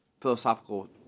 philosophical